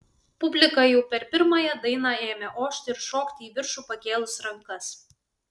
publika jau per pirmąją dainą ėmė ošti ir šokti į viršų pakėlus rankas